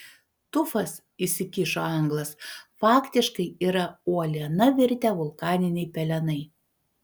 tufas įsikišo anglas faktiškai yra uoliena virtę vulkaniniai pelenai